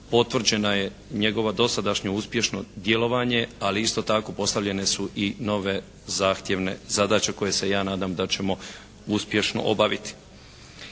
potvrđena je njegova dosadašnja uspješno djelovanje, ali isto tako postavljene su i nove zahtjevne zadaće koje se ja nadam da ćemo uspješno obaviti.